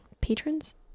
patrons